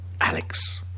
alex